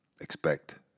expect